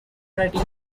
pretty